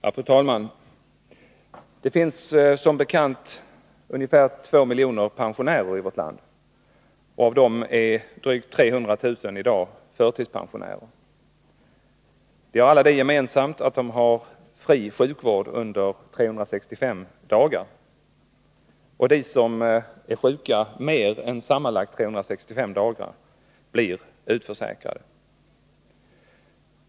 Fru talman! Det finns som bekant ungefär 2 miljoner pensionärer i vårt land. Av dem är drygt 300 000 i dag förtidspensionärer. De har alla det gemensamt att de har fri sjukvård under 365 dagar. De som är sjuka mer än sammanlagt 365 dagar blir utförsäkrade.